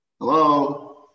Hello